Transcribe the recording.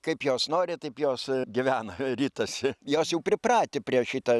kaip jos nori taip jos gyvena ritasi jos jau pripratę prie šito